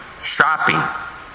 shopping